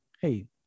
hey